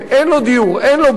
אין לו דיור, אין לו בית.